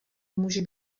může